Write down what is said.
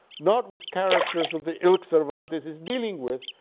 not with characters of the ilk cervantes is dealing with,